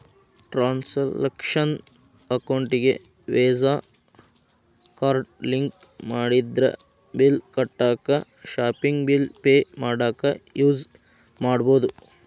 transactional ಅಕೌಂಟಿಗಿ Visa card link ಮಾಡಿದ್ರ bill ಕಟ್ಟಾಕ ಶಾಪಿಂಗ್ ಬಿಲ್ ಪೆ ಮಾಡಾಕ ಯೂಸ್ ಮಾಡಬೋದು